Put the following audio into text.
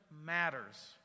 matters